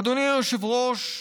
אדוני היושב-ראש,